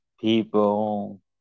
people